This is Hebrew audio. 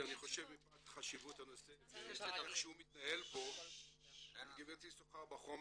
אני חושב שמפאת חשיבות הנושא ואיך שהוא מתנהל פה גברתי שוחה בחומר